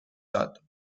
داد